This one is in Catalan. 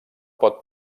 pot